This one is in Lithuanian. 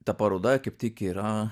ta paroda kaip tik yra